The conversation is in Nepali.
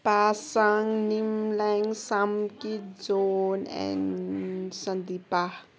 Pasang Nimlyang Samkit John and Sandipa